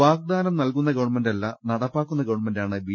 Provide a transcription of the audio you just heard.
വാഗ്ദാനം നൽകുന്ന ഗവൺമെന്റല്ല നടപ്പാക്കുന്ന ഗവർണ്മെന്റാണ് ബി